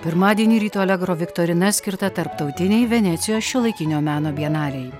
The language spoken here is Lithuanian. pirmadienį ryto allegro viktorina skirta tarptautinei venecijos šiuolaikinio meno bienalei